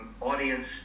audience